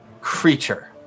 creature